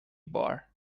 bar